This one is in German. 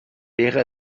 wäre